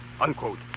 Unquote